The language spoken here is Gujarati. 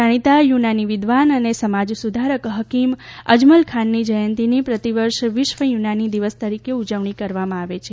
જાણીતા યુનાની વિદ્વાન અને સમાજ સુધારક હકીમ અજમલખાનની જયંતિની પ્રતિવર્ષ વિશ્વ યુનાની દિવસ તરીકે ઉજવણી કરવામાં આવે છે